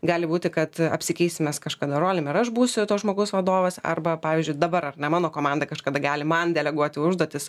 gali būti kad apsikeisim mes kažkada rolėm ir aš būsiu to žmogus vadovas arba pavyzdžiui dabar ar ne mano komanda kažkada gali man deleguoti užduotis